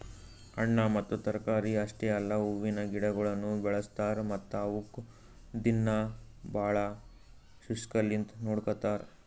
ಹಣ್ಣ ಮತ್ತ ತರಕಾರಿ ಅಷ್ಟೆ ಅಲ್ಲಾ ಹೂವಿನ ಗಿಡಗೊಳನು ಬೆಳಸ್ತಾರ್ ಮತ್ತ ಅವುಕ್ ದಿನ್ನಾ ಭಾಳ ಶುಕ್ಷ್ಮಲಿಂತ್ ನೋಡ್ಕೋತಾರ್